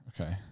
Okay